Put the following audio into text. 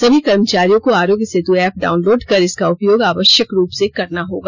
सभी कर्मचारियों को आरोग्य सेतु एप डाउनलोड कर इसका उपयोग आवश्यक रूप से करना होगा